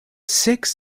six